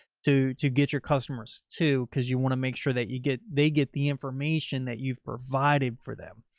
to, to get your customers to, because you want to make sure that you get, they get the information that you've provided for them.